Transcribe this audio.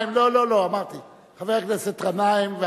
חבר הכנסת גנאים,